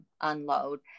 unload